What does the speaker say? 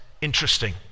interesting